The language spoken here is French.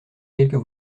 quelques